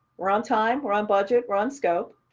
we're on time, we're on budget, we're on scope.